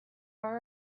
are